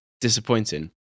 Disappointing